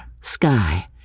sky